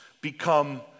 become